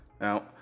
Now